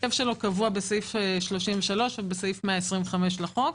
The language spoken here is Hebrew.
ההרכב שלו קבוע בסעיף 33 ובסעיף 125 לחוק.